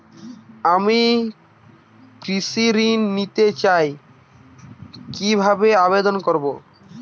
আমি কৃষি ঋণ নিতে চাই কি ভাবে আবেদন করব?